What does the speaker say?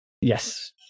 Yes